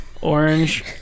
orange